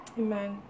Amen